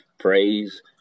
Praise